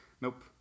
Nope